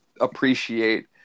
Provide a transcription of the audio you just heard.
appreciate